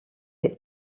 des